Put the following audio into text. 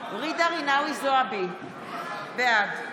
ג'ידא רינאוי זועבי, בעד